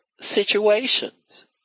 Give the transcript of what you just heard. situations